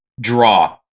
Draw